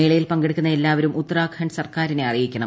മേളയിൽ പങ്കെടുക്കുന്ന എല്ലാവരും ഉത്തരാഖണ്ഡ് സർക്കാരിനെ അറിയിക്കണം